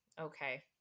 Okay